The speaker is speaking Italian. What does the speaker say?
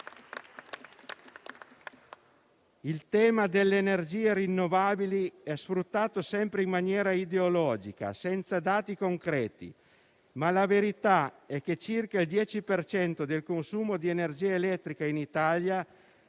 Il tema delle energie rinnovabili è sfruttato sempre in maniera ideologica senza dati concreti, ma la verità è che circa il 10 per cento del consumo di energia elettrica in Italia deriva